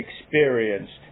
experienced